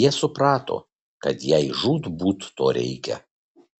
jie suprato kad jai žūtbūt to reikia